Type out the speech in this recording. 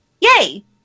yay